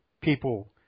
people